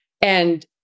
And-